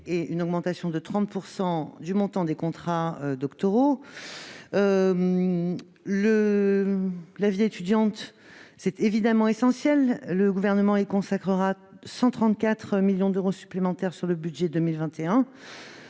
voulons augmenter de 30 % le montant des contrats doctoraux. La vie étudiante est évidemment essentielle. Le Gouvernement y consacrera 134 millions d'euros supplémentaires dans le projet de